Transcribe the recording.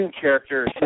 character